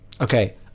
Okay